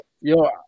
yo